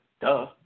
Duh